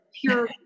pure